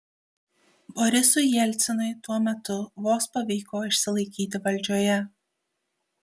borisui jelcinui tuo metu vos pavyko išsilaikyti valdžioje